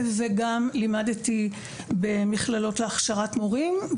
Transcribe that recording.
וגם לימדתי במכללות להכשרת מורים.